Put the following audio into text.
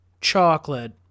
chocolate